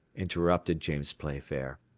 interrupted james playfair,